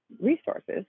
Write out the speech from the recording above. resources